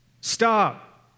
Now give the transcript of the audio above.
Stop